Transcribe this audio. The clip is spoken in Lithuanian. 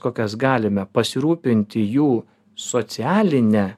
kokias galime pasirūpinti jų socialine